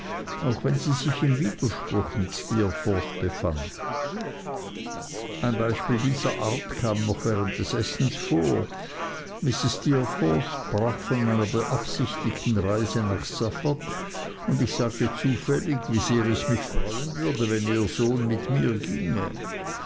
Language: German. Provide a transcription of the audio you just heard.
auch wenn sie sich im widerspruch mit steerforth befand ein beispiel dieser art kam noch während des essens vor mrs steerforth sprach von meiner beabsichtigten reise nach suffolk und ich sagte zufällig wie sehr ich mich freuen würde wenn ihr sohn mit mir ginge